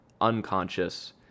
unconscious